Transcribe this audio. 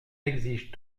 exigent